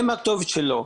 הם הכתובת שלו.